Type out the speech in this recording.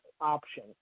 option